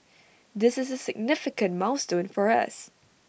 this is A significant milestone for us